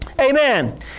Amen